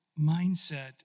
mindset